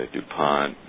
DuPont